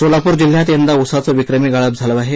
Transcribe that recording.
सोलापूर जिल्ह्यात यंदा ऊसाचं विक्रमी गाळप झालं आहे